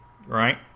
Right